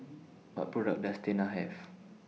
What products Does Tena Have